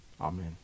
Amen